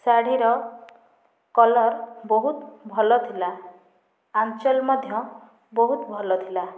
ଶାଢ଼ୀର କଲର୍ ବହୁତ ଭଲ ଥିଲା ଆଂଚଲ୍ ମଧ୍ୟ ବହୁତ ଭଲ ଥିଲା